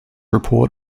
report